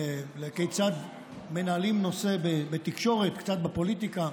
כיצד מנהלים נושא בתקשורת, קצת בפוליטיקה,